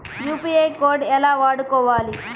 UPI code ఎలా వాడుకోవాలి?